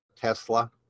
tesla